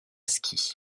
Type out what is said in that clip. ski